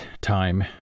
time